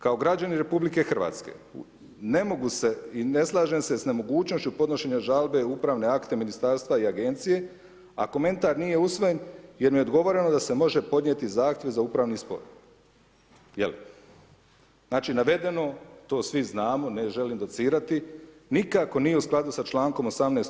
Kao građanin RH ne mogu se i ne slažem se sa nemogućnošću podnošenja žalbe u uprave akte ministarstva i agencije a komentar nije usvojen jer mi je odgovoreno da se može podnijeti zahtjev za upravni spor, jel, znači navedeno to svi znamo, ne želim docirati, nikako nije u skladu sa člankom 18.